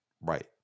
Right